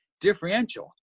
differential